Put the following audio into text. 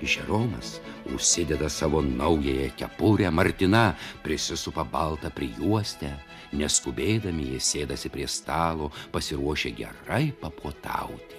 žeromas užsideda savo naująją kepurę martina prisisupa baltą prijuostę neskubėdami jie sėdasi prie stalo pasiruošę gerai papuotauti